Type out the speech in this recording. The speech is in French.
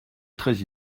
très